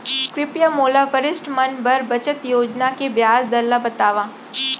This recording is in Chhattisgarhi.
कृपया मोला वरिष्ठ मन बर बचत योजना के ब्याज दर ला बतावव